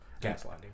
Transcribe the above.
Gaslighting